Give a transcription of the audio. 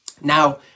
Now